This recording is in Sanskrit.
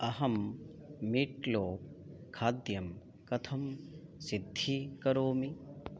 अहं मीट्लो खाद्यं कथं सिद्धीकरोमि